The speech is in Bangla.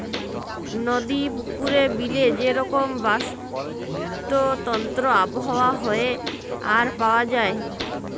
নদি, পুকুরে, বিলে যে রকম বাস্তুতন্ত্র আবহাওয়া হ্যয়ে আর পাওয়া যায়